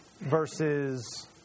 versus